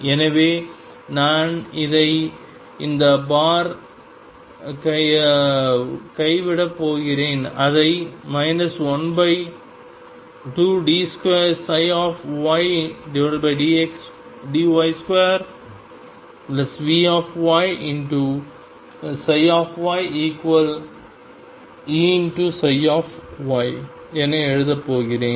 எனவே நான் இதை இந்த பார் கைவிடப் போகிறேன் அதை 12d2ydy2V ψyEψஎன எழுதப் போகிறேன்